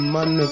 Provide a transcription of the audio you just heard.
Man